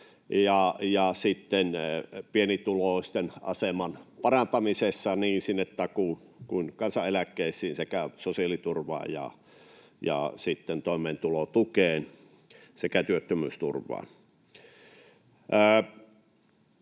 pienituloisten aseman parantamisessa niin takuu- kuin kansaneläkkeisiin sekä sosiaaliturvaan ja sitten toimeentulotukeen sekä työttömyysturvaan.